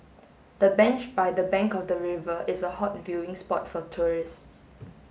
the bench by the bank of the river is a hot viewing spot for tourists